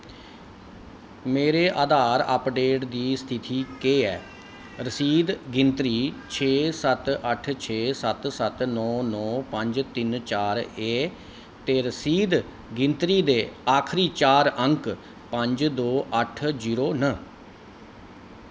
मेरे आधार अपडेट दी स्थिति केह् ऐ रसीद गिनतरी छे सत्त अट्ठ छे सत्त सत्त नौ नौ पंज तिन चार ऐ ते रसीद गिनतरी दे आखरी चार अंक पंज दो अट्ठ जीरो न